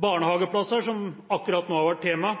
Barnehageplasser, som akkurat nå har vært tema,